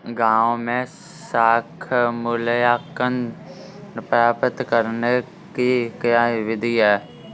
गाँवों में साख मूल्यांकन प्राप्त करने की क्या विधि है?